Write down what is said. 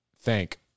thank